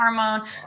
hormone